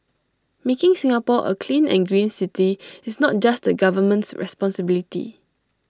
making Singapore A clean and green city is not just the government's responsibility